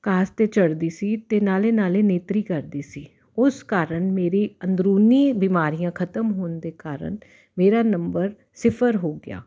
ਘਾਹ 'ਤੇ ਚੜ੍ਹਦੀ ਸੀ ਅਤੇ ਨਾਲ ਨਾਲ ਨੇਤਰੀ ਕਰਦੀ ਉਸ ਕਾਰਨ ਮੇਰੇ ਅੰਦਰੂਨੀ ਬਿਮਾਰੀਆਂ ਖਤਮ ਹੋਣ ਦੇ ਕਾਰਨ ਮੇਰਾ ਨੰਬਰ ਸਿਫਰ ਹੋ ਗਿਆ